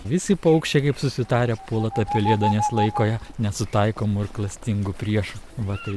visi paukščiai kaip susitarę puola tą pelėdą nes laiko ją nesutaikomu ir klastingu priešu vat tai